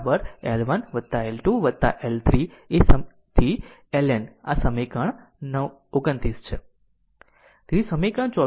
જ્યાં L L 1 વત્તા L 2 વત્તા L 3 એ L N સમીકરણ 29 સુધી છે